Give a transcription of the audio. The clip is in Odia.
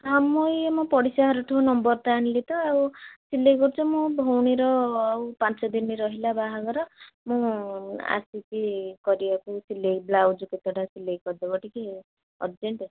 ଆମ ଏଇ ମୋ ପଡ଼ିଶା ଘରଠୁ ନମ୍ବରଟା ଆଣିଲି ତ ଆଉ ସିଲାଇ କରୁଛି ମୋ ଭଉଣୀର ଆଉ ପାଞ୍ଚଦିନ ରହିଲା ବାହାଘର ମୁଁ ଆସିଚି କରିବା ପାଇଁ ସିଲାଇ ବ୍ଲାଉଜ୍ କେତେଟା ସିଲାଇ କରିଦବ ଟିକିଏ ଅରଜେଣ୍ଟ